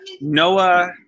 Noah